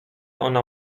ona